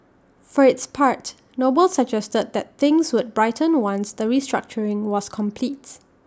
for its part noble suggested that things would brighten once the restructuring was completes